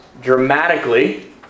dramatically